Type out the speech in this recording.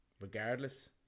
Regardless